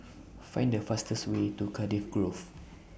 Find The fastest Way to Cardiff Grove